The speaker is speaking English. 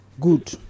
good